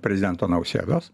prezidento nausėdos